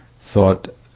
thought